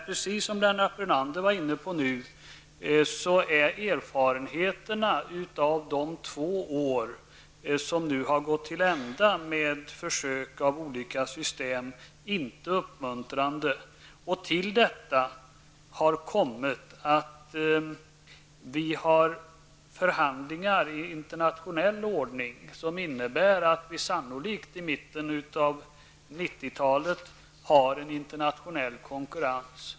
Men som Lennart Brunander framhöll är erfarenheterna från de två år som nu har gått till ända med försök med olika system inte uppmuntrande. Till detta har kommit att vi för förhandlingar i internationell ordning, som innebär att vi sannolikt i mitten av 90-talet har en internationell konkurrens.